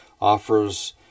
offers